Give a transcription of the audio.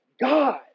God